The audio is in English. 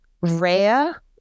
rare